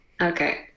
Okay